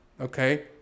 Okay